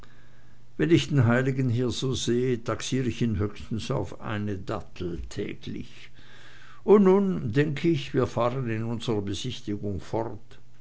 wenn ich den heiligen hier so sehe taxier ich ihn höchstens auf eine dattel täglich und nun denk ich wir fahren in unsrer besichtigung fort